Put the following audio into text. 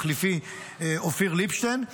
מחליפי אופיר ליבשטיין,